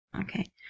Okay